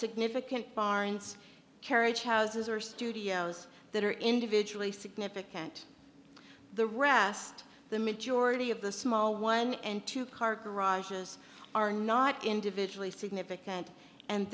significant barns carriage houses or studios that are individually significant the rest the majority of the small one and two car garages are not individually significant and